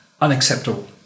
unacceptable